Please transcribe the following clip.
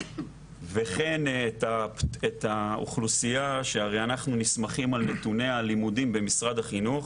וכן את האוכלוסייה שהרי אנחנו נסמכים על נתוני הלימודים במשרד החינוך